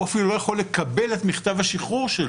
הוא אפילו לא יכול לקבל את מכתב השחרור שלו.